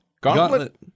Gauntlet